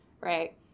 right